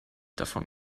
davon